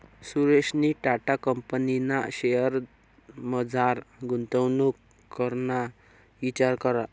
सुरेशनी टाटा कंपनीना शेअर्समझार गुंतवणूक कराना इचार करा